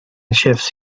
shifts